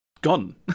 Gone